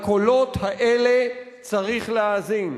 לקולות האלה צריך להאזין.